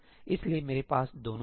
इसलिए मेरे पास दोनों हैं